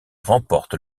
remporte